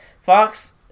Fox